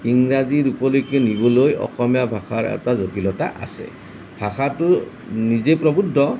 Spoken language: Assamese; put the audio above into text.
ইংৰাজী ৰূপলৈকে নিবলৈ অসমীয়া ভাষাৰ এটা জটিলতা আছে ভাষাটো নিজে প্ৰবুদ্ধ